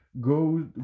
go